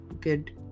good